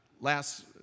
last